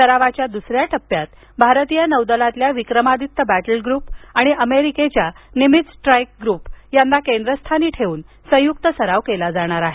सरावाच्या द्सऱ्या टप्प्यात भारतीय नौदलातल्या विक्रमादित्य बॅटल ग्रुप आणि अमेरिकेच्या निमित्झ स्ट्राईक ग्रुप यांना केंद्रस्थानी ठेवून संयुक्त सराव केला जाणार आहे